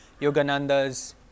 Yogananda's